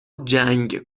جنگ